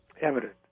evident